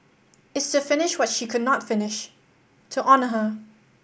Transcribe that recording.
it's to finish what she could not finish to honour her